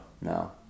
No